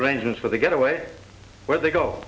arrangements for the getaway where they go